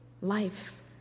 life